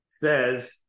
says